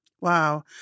Wow